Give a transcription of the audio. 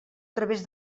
través